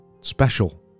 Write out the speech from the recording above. special